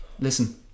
listen